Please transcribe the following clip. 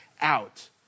out